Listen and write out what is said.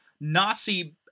Nazi